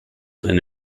then